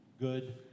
good